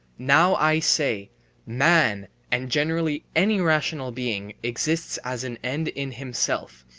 now i say man and generally any rational being exists as an end in himself,